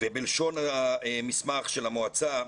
בלשון המסמך של המועצה,